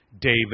David